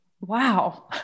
Wow